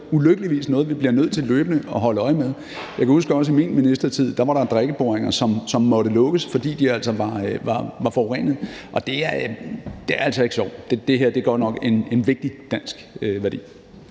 ulykkeligvis noget, vi bliver nødt til løbende at holde øje med. Jeg kan huske, at der også i min ministertid var drikkeboringer, som måtte lukkes, fordi de var forurenet, og det er altså ikke sjovt, for det her er godt nok en vigtig dansk værdi.